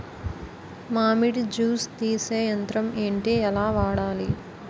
మామిడి జూస్ తీసే యంత్రం ఏంటి? ఎలా వాడాలి?